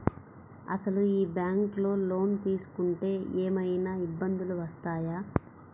అసలు ఈ బ్యాంక్లో లోన్ తీసుకుంటే ఏమయినా ఇబ్బందులు వస్తాయా?